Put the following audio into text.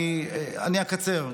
אני אקצר,